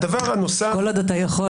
כל עוד אתה יכול.